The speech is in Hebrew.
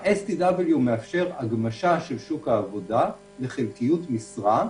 ה-STW מאפשר הגמשה של שוק העבודה לחלקיות משרה,